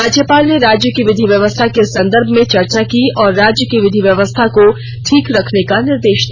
राज्यपाल ने राज्य की विधि व्यवस्था के संदर्भ में चर्चा की और राज्य की विधि व्यवस्था को ठीक रखने का निर्देश दिया